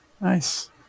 nice